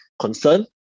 concern